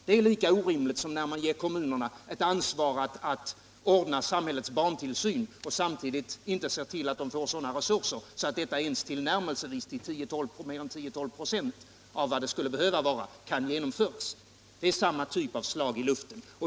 Det är lika orimligt som när man ger kommunerna ett ansvar att ordna samhällets barntillsyn och samtidigt inte ser till att de får sådana resurser att detta ens tillnärmelsevis kan genomföras — kanske inte till mer än 10-12 96 av vad som behövs. Det är samma typ av slag i luften.